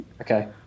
okay